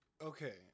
okay